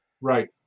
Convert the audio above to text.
Right